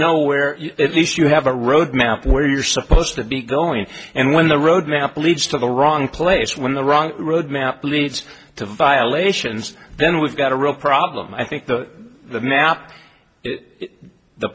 know where at least you have a road map where you're supposed to be going and when the road map leads to the wrong place when the wrong road map leads to violations then we've got a real problem i think that the map it the